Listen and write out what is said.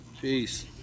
Peace